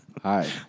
Hi